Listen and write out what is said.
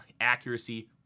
accuracy